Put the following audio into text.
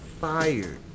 fired